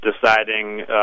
deciding